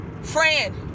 Friend